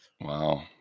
Wow